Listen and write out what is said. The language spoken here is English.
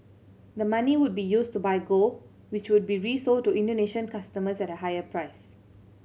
the money would be used to buy gold which would be resold to Indonesian customers at a higher price